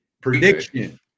Prediction